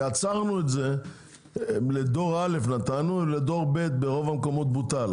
כי עצרנו את זה לדור א' ולדור ב' ברוב המקומות בוטל,